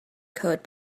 code